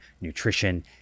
nutrition